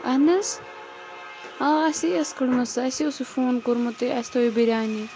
اہن حظ آ اسے ٲس کٔڑمٕژ سۄ اسے اوسوٕ فون کوٚرمُت تۄہہِ اسہِ تھٲیِو بِریانی